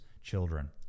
children